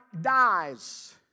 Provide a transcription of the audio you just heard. dies